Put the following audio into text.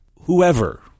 Whoever